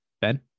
Ben